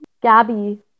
Gabby